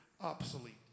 obsolete